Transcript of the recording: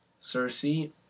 Cersei